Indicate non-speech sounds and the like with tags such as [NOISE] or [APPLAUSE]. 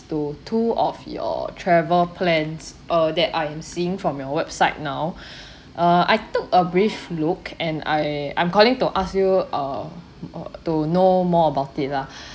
to two of your travel plans uh that I am seeing from your website now [BREATH] uh I took a brief look and I I'm calling to ask you uh to know more about it lah